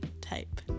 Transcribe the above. type